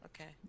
Okay